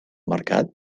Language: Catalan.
mercat